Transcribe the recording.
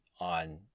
on